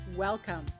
Welcome